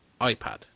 iPad